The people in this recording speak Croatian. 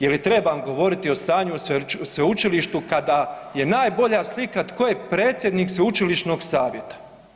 Je li trebam govoriti o stanju o sveučilištu kada je najbolja slika tko je predsjednik sveučilišnog savjeta?